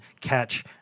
catch